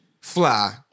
fly